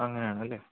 അങ്ങനെയാണല്ലേ